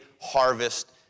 harvest